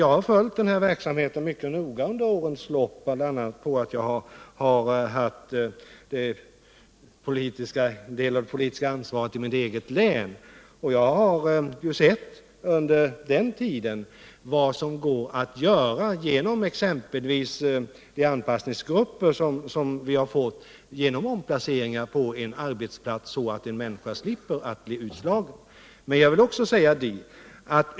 Jag har följt den här verksamheten mycket noga under årens lopp — bl.a. för att jag har en del av det politiska ansvaret för detta i mitt eget län — och under den tiden sett vad som går att göra i exempelvis de anpassningsgrupper som vi har fått. Genom t.ex. en omplacering på en arbetsplats kan man se till att en människa slipper att bli utslagen.